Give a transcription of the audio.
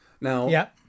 Now